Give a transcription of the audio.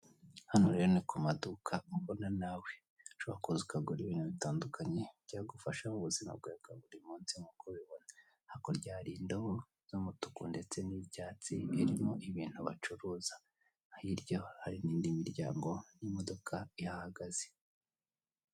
Hano rero ni ku maduka ubona nawe ushobora kuza ukagura ibintu bitandukanye byagufasha mu buzima bwawe bwa buri munsi, nk'uko ubibona hakurya hari indobo z'umutuku ndetse n'iyicyatsi irimo ibintu bacuruza, hirya hari n'indi miryango n'imodoka ihahagaze.